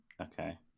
okay